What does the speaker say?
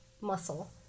muscle